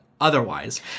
otherwise